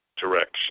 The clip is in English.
direction